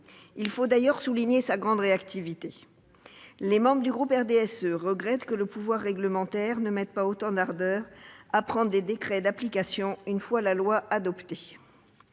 Il faut d'ailleurs souligner sa grande réactivité. Les membres du groupe du RDSE regrettent que le pouvoir réglementaire ne mette pas autant d'ardeur à prendre des décrets d'application une fois la loi adoptée